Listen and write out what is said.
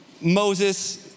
Moses